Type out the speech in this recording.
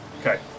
Okay